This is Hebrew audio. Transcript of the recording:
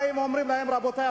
באים ואומרים להם: רבותי,